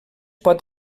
pot